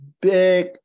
big